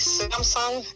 Samsung